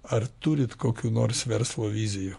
ar turit kokių nors verslo vizijų